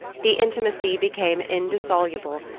the intimacy became indissoluble,